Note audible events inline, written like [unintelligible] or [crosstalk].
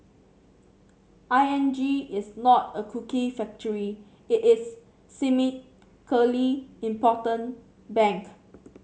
I N G is not a cookie factory it is [unintelligible] important bank